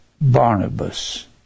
Barnabas